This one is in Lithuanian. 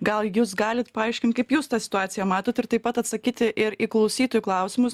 gal jūs galit paaiškint kaip jūs tą situaciją matot ir taip pat atsakyti ir į klausytojų klausimus